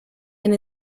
and